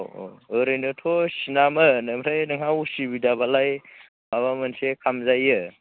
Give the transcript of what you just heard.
अ अ ओरैनोथ' सिनामोन ओमफ्राय नोंहा उसुबिदाबालाय माबा मोनसे खालामजायो